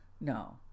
no